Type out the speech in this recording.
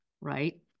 Right